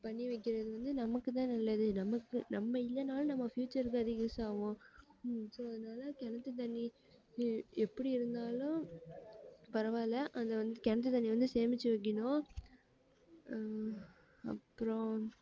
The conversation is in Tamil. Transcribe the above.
பண்ணி வைக்கிறது வந்து நமக்கு தான் நல்லது நமக்கு நம்ம இல்லைனாலும் நம்ம ஃப்யூச்சர்க்கு அது யூஸாகும் ஸோ அதனால கிணத்து தண்ணி ஏ எப்படி இருந்தாலும் பரவாயில்ல அதை வந்து கிணத்து தண்ணியை வந்து சேமித்து வைக்கணும் அப்புறம்